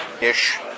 Ish